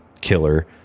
killer